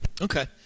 Okay